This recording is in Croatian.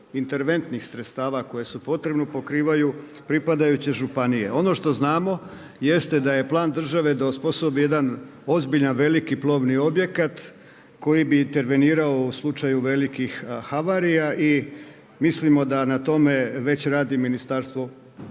interventnih sredstava koji su potrebni pokrivaju pripadajuće županije. Ono što znamo jeste da je plan države da osposobi jedan ozbiljan, veliki plovni objekat koji bi intervenirao u slučaju velikih havarija i mislimo da na tome već radi Ministarstvo